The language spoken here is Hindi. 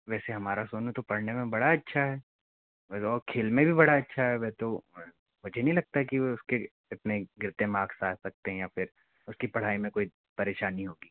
वैसे हमारा सोनू तो पढ़ने में बड़ा अच्छा है और खेल में भी बड़ा अच्छा है वह तो मुझे नहीं लगता कि उसके इतने गिरते मार्क्स आ सकते हैं या फिर उसकी पढ़ाई में कोई परेशानी होगी